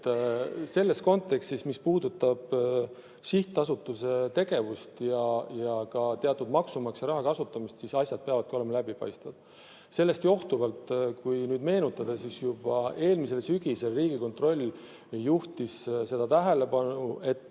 Riigikogu liige! Mis puudutab sihtasutuse tegevust ja ka maksumaksja raha kasutamist, siis asjad peavad olema läbipaistvad. Kui sellest johtuvalt nüüd meenutada, siis juba eelmisel sügisel Riigikontroll juhtis tähelepanu, et